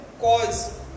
cause